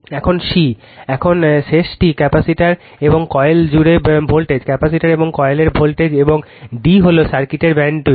এবং c এখন শেষটি ক্যাপাসিটর এবং কয়েল জুড়ে ভোল্টেজ ক্যাপাসিটর এবং কয়েলের ভোল্টেজ এবং d হল সার্কিটের ব্যান্ডউইথ